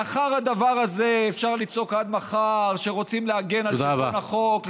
לאחר הדבר הזה אפשר לצעוק עד מחר שרוצים להגן על שלטון החוק,